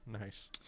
Nice